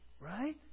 Right